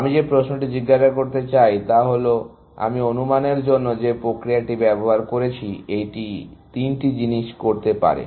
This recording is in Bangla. আমি যে প্রশ্নটি জিজ্ঞাসা করতে চাই তা হল আমি অনুমানের জন্য যে প্রক্রিয়াটি ব্যবহার করেছি এটি তিনটি জিনিস করতে পারে